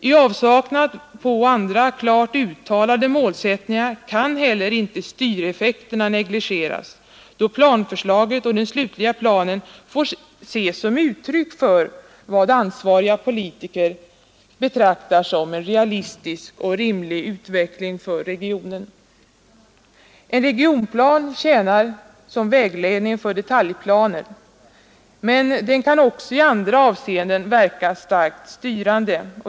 I avsaknad av andra klart uttalade målsättningar kan heller inte styreffekterna negligeras, då planförslaget och den slutliga planen får ses som uttryck för vad ansvariga politiker betraktar som en realistisk och rimlig utveckling för regionen. En regionplan tjänar som vägledning för detaljplanerna, men den kan också i andra avseenden verka starkt styrande.